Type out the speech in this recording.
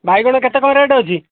ବାଇଗଣ କେତେ କ'ଣ ରେଟ୍ ଅଛି